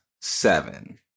seven